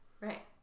Right